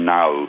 now